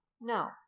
No